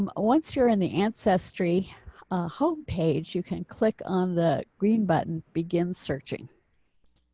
um ah once you're in the ancestry homepage. you can click on the green button begin searching